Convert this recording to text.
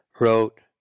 wrote